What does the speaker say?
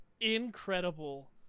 incredible